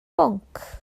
bwnc